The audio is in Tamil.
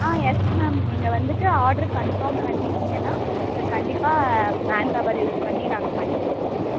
ஆ எஸ் மேம் நீங்கள் வந்துட்டு ஆர்டரு கன்ஃபார்ம் பண்ணிட்டீங்கன்னால் கண்டிப்பாக மேன்பவர் யூஸ் பண்ணி நாங்கள் பண்ணிக் கொடுப்போம் மேம்